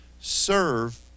serve